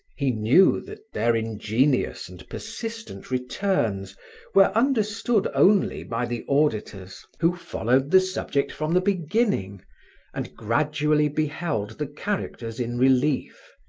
he knew that their ingenious and persistent returns were understood only by the auditors who followed the subject from the beginning and gradually beheld the characters in relief,